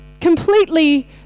Completely